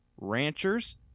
ranchers